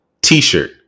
t-shirt